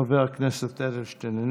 חבר הכנסת אדלשטיין,